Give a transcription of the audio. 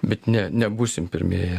bet ne nebūsim pirmieji